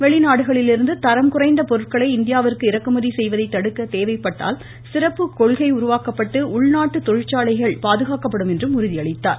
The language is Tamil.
வெளிநாடுகளிலிருந்து தரம் குறைந்த பொருட்களை இந்தியாவிற்கு இறக்குமதி செய்வதை தடுக்க தேவைப்பட்டால் சிறப்பு கொள்கை உருவாக்கப்பட்டு உள்நாட்டு தொழிற்சாலைகள் பாதுகாக்கப்படும் என்றும் உறுதியளித்தார்